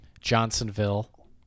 Johnsonville